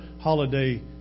holiday